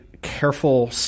careful